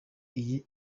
iyi